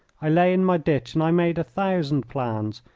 i lay in my ditch and i made a thousand plans,